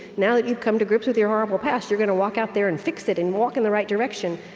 now that you've come to grips with your horrible past, you're gonna walk out there and fix it and walk in the right direction,